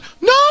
No